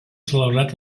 celebrat